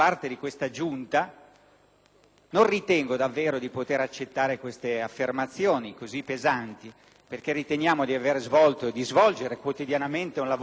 non ritengo davvero di poter accettare queste affermazioni così pesanti; riteniamo infatti di aver svolto e di svolgere quotidianamente un lavoro importante,